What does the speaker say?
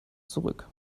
zurück